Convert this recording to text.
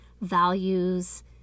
values